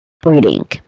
breeding